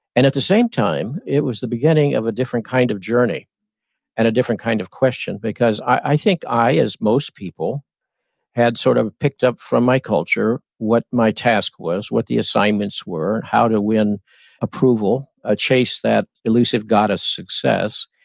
and at the same time, it was the beginning of a different kind of journey and a different kind of question. because i think i as most people had sort of picked up from my culture what my task was, what the assignments were, how to win approval, ah chase that elusive god as success,